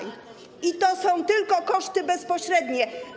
I to są tylko koszty bezpośrednie.